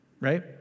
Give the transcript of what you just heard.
right